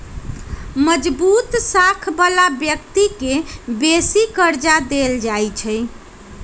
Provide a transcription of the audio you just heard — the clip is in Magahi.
मजगुत साख बला व्यक्ति के बेशी कर्जा देल जाइ छइ